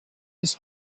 his